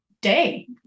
day